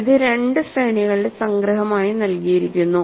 ഇത് രണ്ട് ശ്രേണികളുടെ സംഗ്രഹമായി നൽകിയിരിക്കുന്നു